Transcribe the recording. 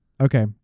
Okay